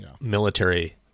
military